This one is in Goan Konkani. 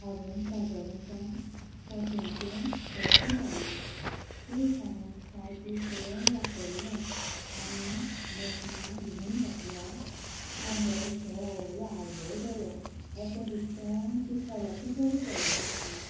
हांवें बाजारांच्यान कॉटनचें बेडशीट हाडलें कितें सागूं चार दीस बरें वापरलें आनी मशीनात धुंवक घातल्यार पळोवंक गेल्यार सगळो आगळ गेलो अशें दिसलें की सोलाची कडी केल्ल्या बशेन